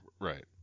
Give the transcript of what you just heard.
Right